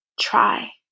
try